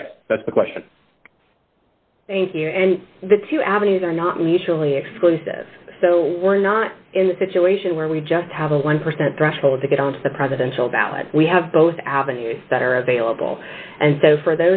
yes that's the question thank you and the two avenues are not mutually exclusive so we're not in a situation where we just have a one percent threshold to get on the presidential ballot we have both avenues that are available and so for